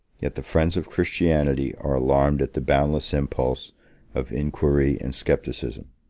yet the friends of christianity are alarmed at the boundless impulse of inquiry and scepticism.